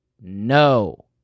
No